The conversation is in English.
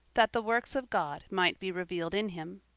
that the works of god might be revealed in him.